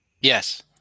Yes